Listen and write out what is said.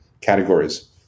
categories